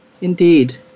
Indeed